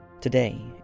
Today